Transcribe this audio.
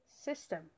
system